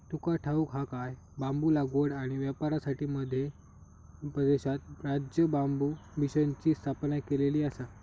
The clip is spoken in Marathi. तुका ठाऊक हा काय?, बांबू लागवड आणि व्यापारासाठी मध्य प्रदेशात राज्य बांबू मिशनची स्थापना केलेली आसा